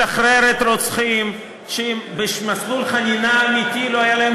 משחררת רוצחים שבמסלול חנינה אמיתי לא היה להם